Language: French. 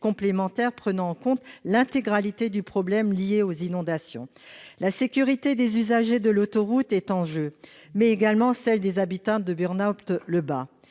prenant en compte l'intégralité du problème lié aux inondations. La sécurité des usagers de l'autoroute est en jeu, mais également celle des habitants de Burnhaupt-le-Bas.